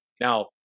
now